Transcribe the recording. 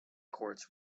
courts